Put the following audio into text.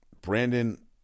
Brandon